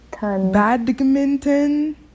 Badminton